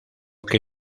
que